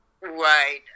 Right